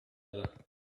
other